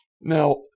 Now